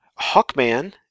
Hawkman